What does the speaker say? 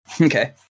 Okay